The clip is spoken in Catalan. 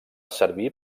servir